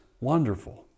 wonderful